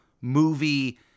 movie